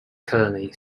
colony